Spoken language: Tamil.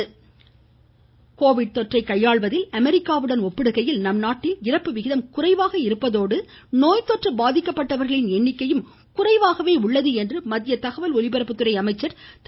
ஜவ்டேகர் கோவிட் தொற்றை கையாள்வதில் அமெரிக்காவுடன் ஒப்பிடுகையில் நம்நாட்டில் இறப்பு விகிதம் குறைவாக இருப்பதோடு நோய்த்தொற்று பாதிக்கப்பட்டவர்களின் எண்ணிக்கையும் குறைவாகவே உள்ளது என்று மத்திய தகவல் ஒலிபரப்புத்துறை அமைச்சர் திரு